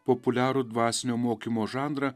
populiarų dvasinio mokymo žanrą